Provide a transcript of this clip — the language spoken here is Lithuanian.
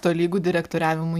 tolygu direktoriavimui